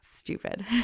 stupid